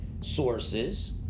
sources